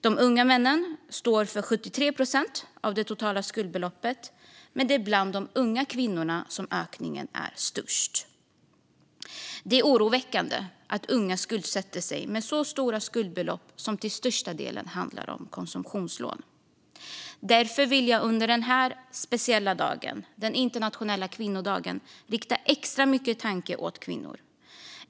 De unga männen står för 73 procent av det totala skuldbeloppet, men det är bland de unga kvinnorna som ökningen är störst. Det är oroväckande att unga skuldsätter sig med så stora skuldbelopp, som till största delen handlar om konsumtionslån. Under denna speciella dag, den internationella kvinnodagen, vill jag rikta extra mycket tanke åt kvinnor.